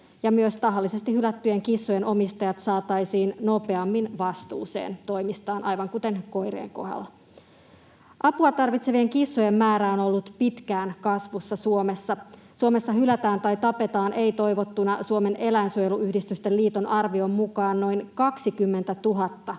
myös tahallisesti hylättyjen kissojen omistajat saataisiin nopeammin vastuuseen toimistaan, aivan kuten koirien kohdalla. Apua tarvitsevien kissojen määrä on ollut pitkään kasvussa Suomessa. Suomessa hylätään tai tapetaan ei-toivottuina Suomen Eläinsuojeluyhdistysten liiton arvion mukaan noin 20 000